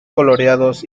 coloreados